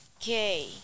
Okay